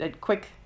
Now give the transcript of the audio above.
quick